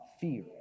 Fear